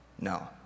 no